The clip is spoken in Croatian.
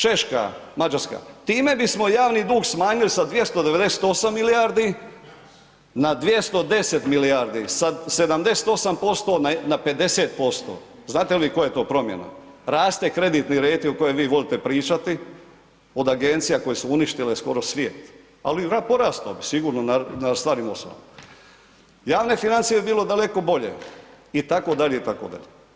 Prema tome, Češka, Mađarska, time bismo javni dug smanjili sa 298 milijardi na 210 milijardi, sa 78% na 50%, znate li vi koja je to promjena, raste kreditni rejting o kojem vi volite pričati, od agencija koje su uništile skoro svijet, ali porastao bi sigurno na starim ... Javne financije bi bilo daleko bolje itd., itd.